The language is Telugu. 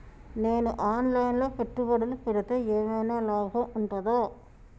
నేను ఆన్ లైన్ లో పెట్టుబడులు పెడితే ఏమైనా లాభం ఉంటదా?